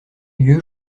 lieu